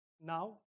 now